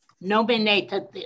nominated